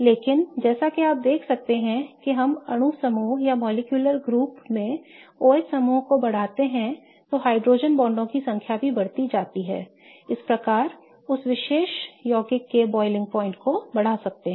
लेकिन जैसा कि आप देख सकते हैं कि हम अणु समूह में OH समूहों को बढ़ाते हैं तो हाइड्रोजन बांडों की संख्या भी बढ़ती जाती है I इस प्रकार उस विशेष यौगिक के क्वथनांक को बढ़ा सकते हैं